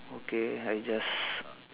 okay I just